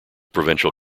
provincial